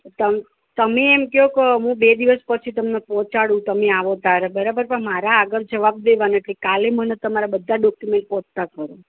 તો તમે એમ કહો ક હું બે દિવસ પછી તમને પહોંચાડુ તમે આવો ત્યાેરે બરાબર પણ મારે આગળ જવાબ દેવાના કે કાલે મને તમે તમારા બધા ડોકયુમેંટ પહોંચતા કરો